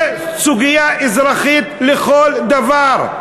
זה סוגיה אזרחית לכל דבר.